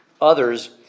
others